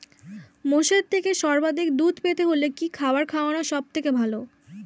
মোষের থেকে সর্বাধিক দুধ পেতে হলে কি খাবার খাওয়ানো সবথেকে ভালো?